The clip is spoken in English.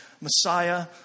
Messiah